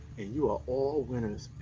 and you are all winners.